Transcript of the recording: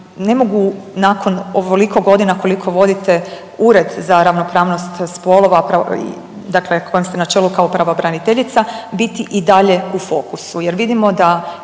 ne mogu nakon ovoliko godina koliko vodite Ured za ravnopravnost spolova kojem ste na čelu kao pravobraniteljica, biti i dalje u fokusu jer vidimo da